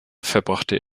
verbrachte